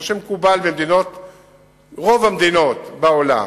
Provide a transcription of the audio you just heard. כמו שמקובל ברוב המדינות בעולם,